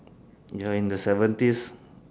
you're in the seventies